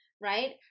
right